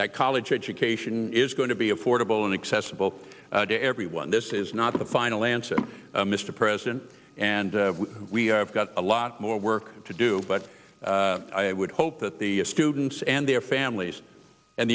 that college education is going to be affordable and accessible to everyone this is not the final answer mr president and we have got a lot more work to do but i would hope that the students and their families and